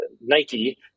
Nike